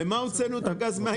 למה הוצאנו את הגז מהעירייה?